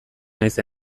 naiz